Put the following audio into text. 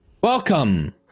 Welcome